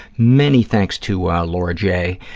many thanks to laura j.